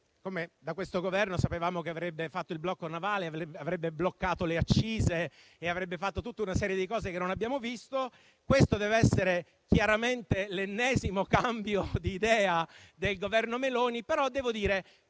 Di questo Governo sapevamo che avrebbe fatto il blocco navale, che avrebbe bloccato le accise e avrebbe fatto tutta una serie di misure che non abbiamo visto. Questo sarà chiaramente l'ennesimo cambio di idea del Governo Meloni, ma, quando